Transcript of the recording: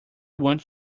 want